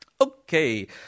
Okay